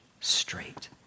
straight